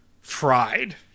fried